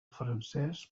francès